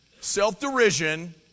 self-derision